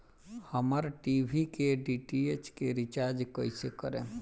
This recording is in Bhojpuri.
हमार टी.वी के डी.टी.एच के रीचार्ज कईसे करेम?